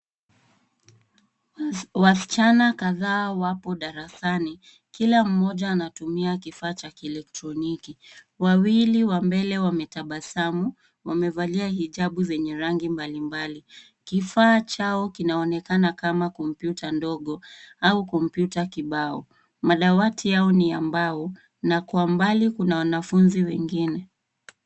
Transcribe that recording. Wasichana kadhaa wapo darasani. Kila mmoja anatumia kifaa cha kielektroniki. Wawili wa mbele wametabasamu. Wamevalia hijabu zenye rangi mbalimbali. Kifaa chao kinaonekana kama kompyuta ndogo au kompyuta kibao. Madawati yao ni ya mbao na kwa mbali kuna wanafunzi wengine.